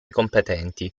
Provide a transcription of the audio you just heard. competenti